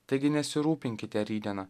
taigi nesirūpinkite rytdiena